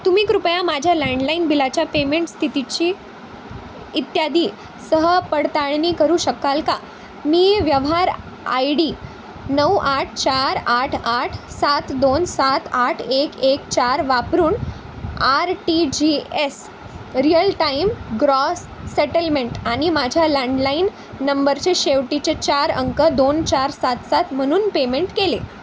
तुम्ही कृपया माझ्या लँडलाईन बिलाच्या पेमेंट स्थितीची इत्यादी सह पडताळणी करू शकाल का मी व्यवहार आय डी नऊ आठ चार आठ आठ सात दोन सात आठ एक एक चार वापरून R T G S real time gross settlement आणि माझ्या लँडलाईन नंबरचे शेवटचे चार अंक दोन चार सात सात म्हणून पेमेंट केले